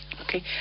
Okay